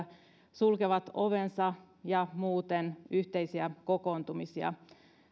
sulkevat ovensa ja yhteisiä kokoontumisia muuten